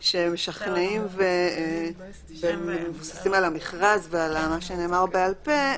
שמשכנעים ומבוססים על המכרז ועל מה שנאמר בעל פה,